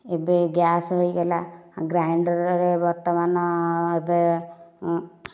ଏବେ ଗ୍ୟାସ୍ ହୋଇଗଲା ଗ୍ରାଇଣ୍ଡର୍ରେ ଏବେ ବର୍ତ୍ତମାନ ଏବେ